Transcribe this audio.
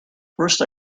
first